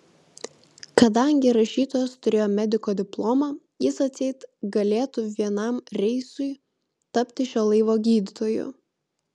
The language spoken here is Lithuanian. kadangi rašytojas turėjo mediko diplomą jis atseit galėtų vienam reisui tapti šio laivo gydytoju